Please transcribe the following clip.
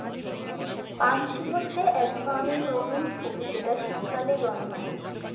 pansy হচ্ছে এক ধরনের রঙিন ফুল যেটা শীতকালে জন্মায়